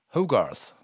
Hogarth